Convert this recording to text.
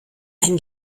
ein